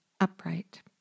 upright